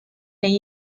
neu